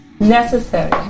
Necessary